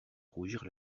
rougir